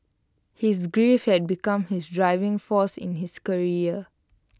his grief had become his driving force in his career